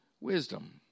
wisdom